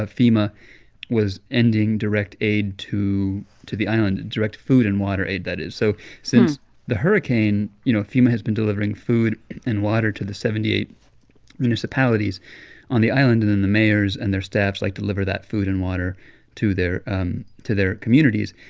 ah fema was ending direct aid to to the island direct food and water aid, that is. so since the hurricane, you know, fema has been delivering food and water to the seventy eight municipalities on the island. and then the mayors and their staffs, like, deliver that food and water to their um to their communities.